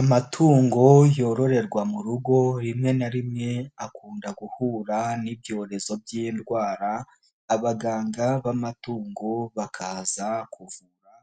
Amatungo yororerwa mu rugo rimwe na rimwe akunda guhura n'ibyorezo by'indwara abaganga b'amatungo bakaza kuvura